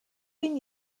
been